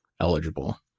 eligible